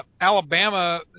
Alabama